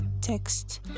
text